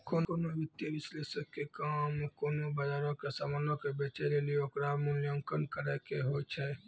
कोनो वित्तीय विश्लेषक के काम कोनो बजारो के समानो के बेचै लेली ओकरो मूल्यांकन करै के होय छै